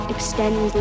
Extend